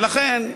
ולכן,